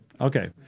Okay